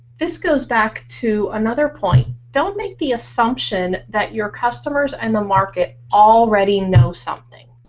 this goes back to another point, don't make the assumption that your customers and the market already know something.